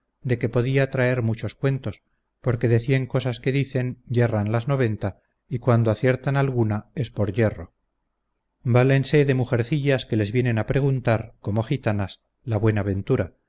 de que podía traer muchos cuentos porque de cien cosas que dicen yerran las noventa y cuando aciertan alguna es por yerro valense de mujercillas que les vienen a preguntar como gitanas la